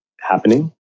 happening